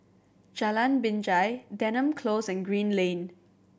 Jalan Binjai Denham Close and Green Lane